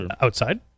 outside